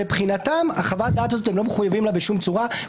מבחינתם הם לא מחויבים לחוות הדעת הזאת בשום צורה.